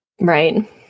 Right